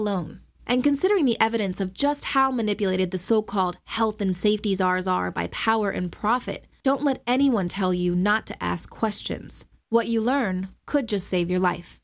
alone and considering the evidence of just how manipulated the so called health and safety as ours are by power and profit don't let anyone tell you not to ask questions what you learn could just save your life